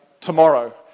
tomorrow